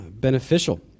beneficial